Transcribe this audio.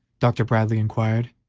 dr. bradley inquired,